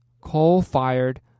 coal-fired